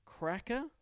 Cracker